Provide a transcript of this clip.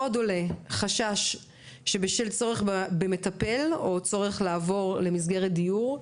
עוד עולה חשש שבשל צורך במטפל או צורך לעבור למסגרת דיור,